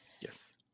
Yes